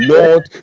Lord